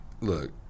look